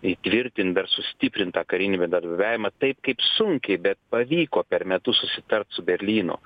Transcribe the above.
įtvirtint dar sustiprint tą karinį bendradarbiavimą taip kaip sunkiai bet pavyko per metus susitart su berlynu